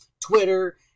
Twitter